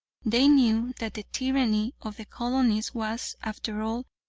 they knew that the tyranny of the colonist was, after all,